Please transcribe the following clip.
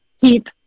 Keep